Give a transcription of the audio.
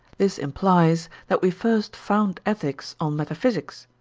this implies that we first found ethics on metaphysics,